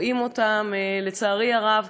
רואים אותם, לצערי הרב,